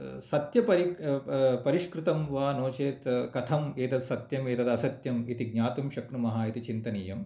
सत्यपरि परिष्कृतं वा नो चेत् कथम् एतत् सत्यम् एतदसत्यम् इति ज्ञातुं शक्नुमः इति चिन्तनीयम्